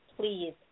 please